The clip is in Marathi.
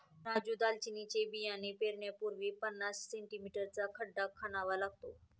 राजू दालचिनीचे बियाणे पेरण्यापूर्वी पन्नास सें.मी चा खड्डा खणावा लागतो